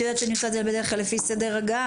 את יודעת שאני עושה את זה בדרך כלל לפי סדר הגעה.